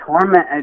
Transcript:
torment